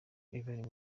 ivan